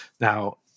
Now